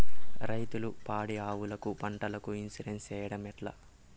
రైతులు పాడి ఆవులకు, పంటలకు, ఇన్సూరెన్సు సేయడం ఎట్లా?